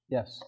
Yes